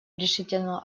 решительно